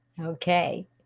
Okay